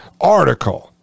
article